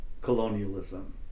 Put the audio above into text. Colonialism